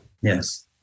Yes